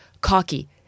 Cocky